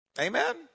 Amen